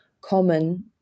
common